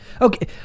Okay